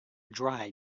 dry